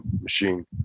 machine